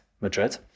Madrid